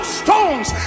stones